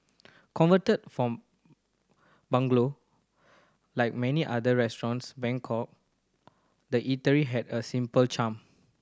converted from bungalow like many other restaurants Bangkok the eatery had a simple charm